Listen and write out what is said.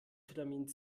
vitamin